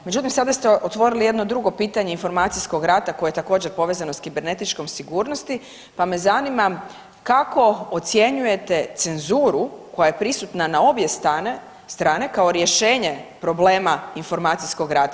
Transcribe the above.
Međutim, sada ste otvorili jedno drugo pitanje, informacijskog rata koje je također, povezano za kibernetičkom sigurnosti pa me zanima kako ocjenjujete cenzuru koja je prisutna na obje strane kao rješenje problema informacijskog rata?